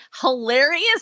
hilarious